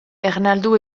ernaldu